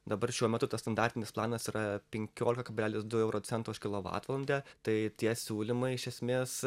dabar šiuo metu tas standartinis planas yra penkiolika kablelis du euro centų už kilovatvalandę tai tie siūlymai iš esmės